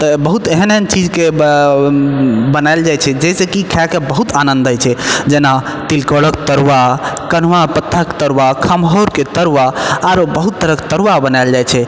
तऽ बहुत एहन एहन चीजके बनाओल जाइ छै जैसे कि खायके बहुत आनन्द आबय छै जेना तिलकोरक तरुआ कन्हुआ पताक तरुआ खमहाउरके तरुआ आरो बहुत तरहके तरुआ बनाओल जाइ छै